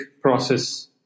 process